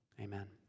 Amen